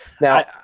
Now